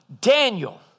Daniel